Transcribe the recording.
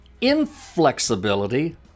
inflexibility